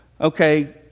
Okay